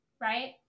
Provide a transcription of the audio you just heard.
Right